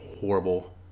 horrible